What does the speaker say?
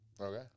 Okay